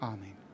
Amen